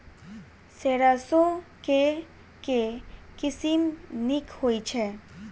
सैरसो केँ के किसिम नीक होइ छै?